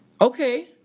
Okay